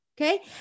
Okay